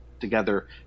together